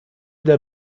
der